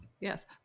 yes